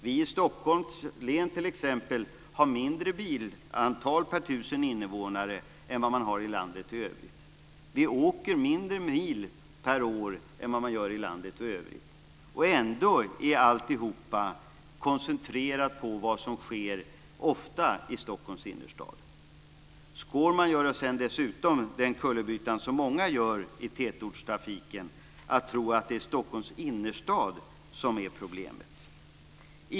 Vi i Stockholms län har t.ex. ett lägre bilantal per tusen invånare än vad landet i övrigt. Vi åker ett mindre antal mil än vad man gör i landet i övrigt. Ändå är allting ofta koncentrerat på vad som sker i Stockholms innerstad. Skårman gör sedan dessutom den kullerbytta som många gör när det gäller tätortstrafiken, nämligen att tro att det är Stockholms innerstad som är problemet.